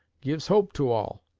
gives hope to all,